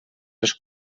les